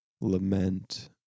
lament